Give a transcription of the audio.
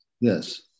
Yes